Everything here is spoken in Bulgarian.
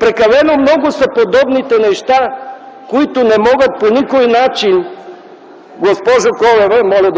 Прекалено много са подобните неща, които не могат по никой начин, госпожо Колева,